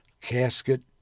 casket